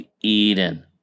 Eden